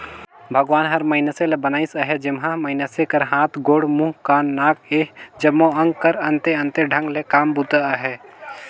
भगवान हर मइनसे ल बनाइस अहे जेम्हा मइनसे कर हाथ, गोड़, मुंह, कान, नाक ए जम्मो अग कर अन्ते अन्ते ढंग ले काम बूता अहे